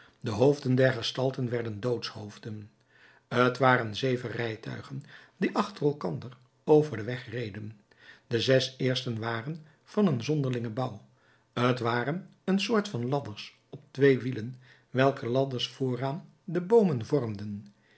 de hoofden der gestalten werden doodshoofden t waren zeven rijtuigen die achter elkander over den weg reden de zes eerste waren van een zonderlingen bouw t waren een soort van ladders op twee wielen welke ladders vooraan de boomen vormden